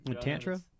Tantra